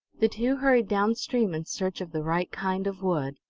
the two hurried down-stream, in search of the right kind of wood.